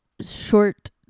short